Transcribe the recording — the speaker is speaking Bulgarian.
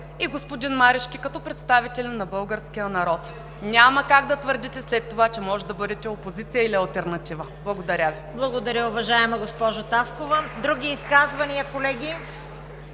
и господин Марешки като представители на българския народ. Няма как да твърдите след това, че може да бъдете опозиция или алтернатива. Благодаря Ви. ПРЕДСЕДАТЕЛ ЦВЕТА КАРАЯНЧЕВА: Благодаря Ви, уважаема госпожо Таскова. Други изказвания, колеги?